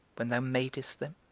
when thou madest them?